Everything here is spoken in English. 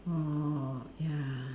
oh ya